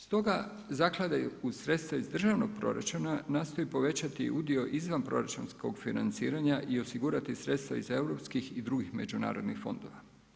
Stoga Zaklada sredstva iz državnog proračuna nastoji povećati i udio izvanproračunskog financiranja i osigurati sredstva iz europskih i drugih međunarodnih fondova.